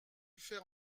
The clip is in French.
faire